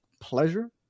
pleasure